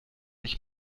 ich